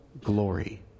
glory